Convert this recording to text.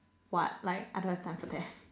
what like I don't have time for that